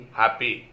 happy